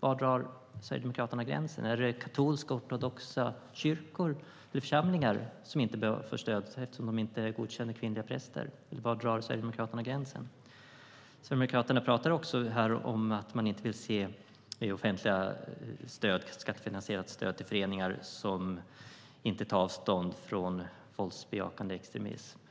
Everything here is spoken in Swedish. Var drar Sverigedemokraterna gränsen? Är det katolsk-ortodoxa kyrkor eller församlingar som inte bör få stöd eftersom de inte godkänner kvinnliga präster, eller var drar Sverigedemokraterna gränsen? Sverigedemokraterna pratade också om att man inte vill se offentliga eller skattefinansierade stöd till föreningar som inte tar avstånd från våldsbejakande extremism.